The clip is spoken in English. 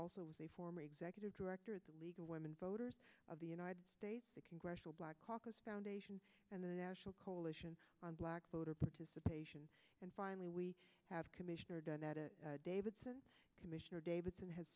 also was a former executive director of the league of women voters of the united states the congressional black caucus foundation and the national coalition on black voter participation and finally we have commissioner done that it davidson commissioner davidson has